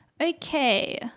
Okay